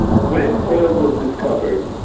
when oil was discovered,